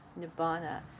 nibbana